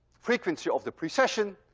frequency of the precession,